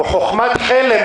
הוא חוכמת חלם.